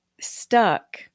stuck